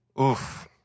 Oof